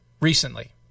recently